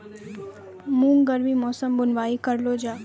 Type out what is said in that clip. मूंग गर्मी मौसम बुवाई करलो जा?